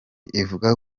ivuga